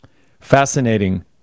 Fascinating